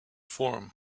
form